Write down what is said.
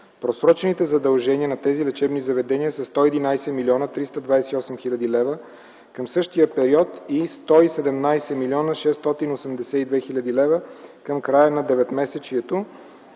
Просрочените задължения на тези лечебни заведения са 111 млн. 328 хил. лв. към същия период и 117 млн. 682 хил. лв. към края на деветмесечието,